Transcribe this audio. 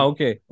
Okay